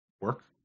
work